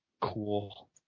cool